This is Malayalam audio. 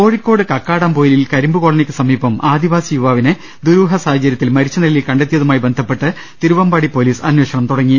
കോഴിക്കോട് കക്കാടംപൊയിലിൽ കരിമ്പുകോളനിക്ക് സമീപം ആദിവാസി യുവാവിനെ ദുരൂഹ സാഹചര്യത്തിൽ മരിച്ച നിലയിൽ കണ്ടെത്തിയതുമായി ബന്ധപ്പെട്ട് തിരുവമ്പാടി പൊലീസ് അന്വേഷണം തുടങ്ങി